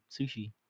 sushi